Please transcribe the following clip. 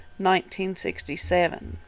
1967